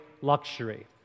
luxury